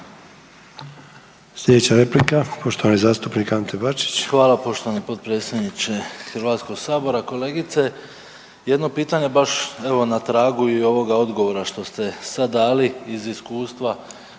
Slijedeća replika poštovani zastupnik Ante Bačić. **Bačić, Ante (HDZ)** Hvala poštovani potpredsjedniče Hrvatskog sabora. Kolegice jedno pitanje baš evo na tragu i ovoga odgovora što ste sad dali iz iskustva